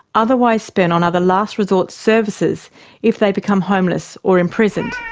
otherwise spent on other last resort services if they become homeless or imprisoned.